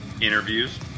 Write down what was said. interviews